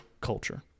culture